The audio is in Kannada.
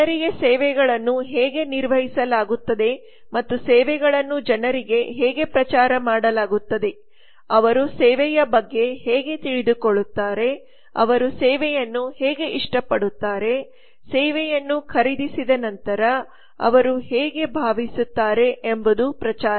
ಜನರಿಗೆ ಸೇವೆಗಳನ್ನು ಹೇಗೆ ನಿರ್ವಹಿಸಲಾಗುತ್ತದೆ ಮತ್ತು ಸೇವೆಗಳನ್ನು ಜನರಿಗೆ ಹೇಗೆ ಪ್ರಚಾರ ಮಾಡಲಾಗುತ್ತದೆ ಅವರು ಸೇವೆಯ ಬಗ್ಗೆ ಹೇಗೆ ತಿಳಿದುಕೊಳ್ಳುತ್ತಾರೆ ಅವರು ಸೇವೆಯನ್ನು ಹೇಗೆ ಇಷ್ಟಪಡುತ್ತಾರೆ ಸೇವೆಯನ್ನು ಖರೀದಿಸಿದ ನಂತರ ಅವರು ಹೇಗೆ ಭಾವಿಸುತ್ತಾರೆ ಎಂಬುದು ಪ್ರಚಾರ